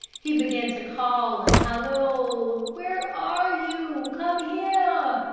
he began to call and halloo where are you? come here!